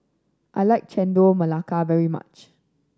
I like Chendol Melaka very much